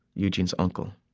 eugene's uncle,